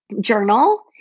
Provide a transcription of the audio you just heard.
journal